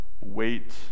wait